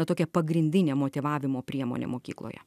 ta tokia pagrindinė motyvavimo priemonė mokykloje